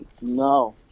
No